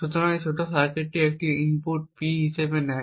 সুতরাং এই ছোট সার্কিটটি এটি একটি ইনপুট P হিসাবে নেয়